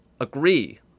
agree